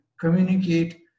communicate